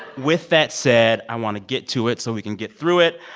with that said, i want to get to it so we can get through it.